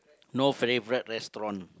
no favourite restaurant